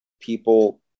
people